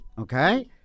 Okay